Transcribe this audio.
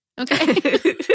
Okay